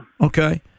Okay